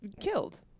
Killed